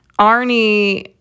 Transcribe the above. Arnie